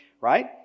Right